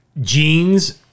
jeans